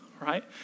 right